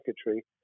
secretary